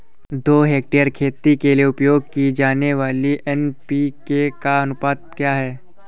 दो हेक्टेयर खेती के लिए उपयोग की जाने वाली एन.पी.के का अनुपात क्या है?